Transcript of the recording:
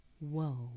Whoa